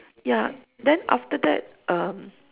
ya then after that uh